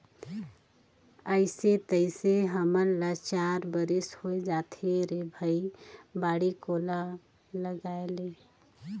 अइसे तइसे हमन ल चार बरिस होए जाथे रे भई बाड़ी कोला लगायेले